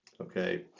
Okay